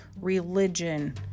religion